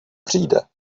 přijde